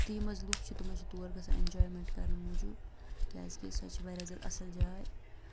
تہٕ یِم منٛز لُکھ چھِ تمَن چھِ تور گژھان اٮ۪نجایمٮ۪نٹ کَرنہٕ موٗجوٗب کیٛازِکہِ سۄ چھِ واریاہ زیادٕ اَصٕل جاے